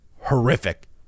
horrific